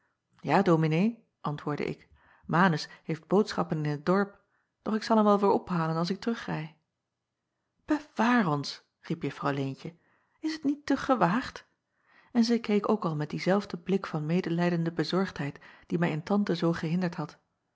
a ominee antwoordde ik anus heeft boodschappen in het dorp doch ik zal hem wel weêr ophalen als ik terugrij ewaar ons riep uffrouw eentje is het niet te gewaagd en zij keek ook al met dienzelfden blik van medelijdende bezorgdheid die mij in ante zoo gehinderd had